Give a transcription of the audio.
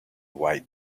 white